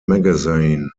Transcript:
magazine